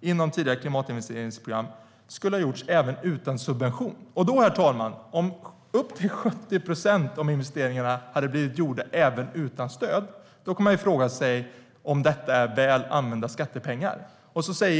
inom tidigare klimatinvesteringsprogram skulle ha gjorts även utan subvention. Herr talman! Om upp till 70 procent av investeringarna hade blivit gjorda även utan stöd kan man fråga sig om detta är väl använda skattepengar.